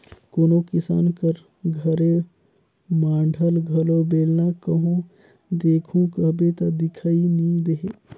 कोनो किसान कर घरे माढ़ल घलो बेलना कहो देखहू कहबे ता दिखई नी देहे